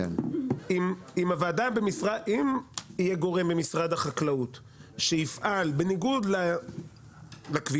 אם יהיה גורם במשרד החקלאות שיפעל בניגוד לקביעות